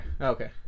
Okay